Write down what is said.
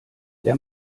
der